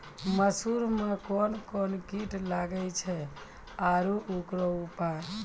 मसूर मे कोन कोन कीट लागेय छैय आरु उकरो उपाय?